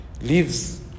leaves